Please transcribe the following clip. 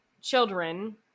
children